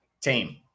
team